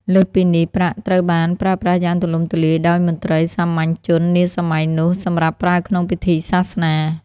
លើសពីនេះ ប្រាក់ត្រូវបានប្រើប្រាស់យ៉ាងទូលំទូលាយដោយមន្ត្រី សាមញ្ញជននាសម័យនោះ សម្រាប់ប្រើក្នុងពិធីសាសនា។